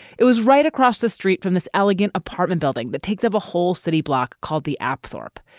it was right across the street from this elegant apartment building that takes up a whole city block called the ap thorp.